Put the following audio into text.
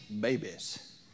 babies